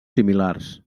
similars